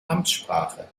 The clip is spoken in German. amtssprache